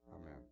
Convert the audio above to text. Amen